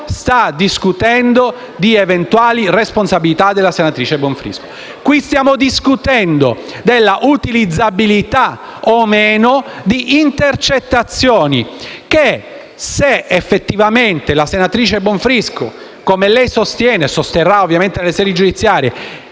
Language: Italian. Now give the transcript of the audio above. sta discutendo di eventuali responsabilità della senatrice Bonfrisco. Stiamo discutendo dell'utilizzabilità o meno di intercettazioni che se effettivamente la senatrice Bonfrisco, come lei sostiene e ovviamente sosterrà nelle sedi giudiziarie,